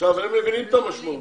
הם מבינים את המשמעות.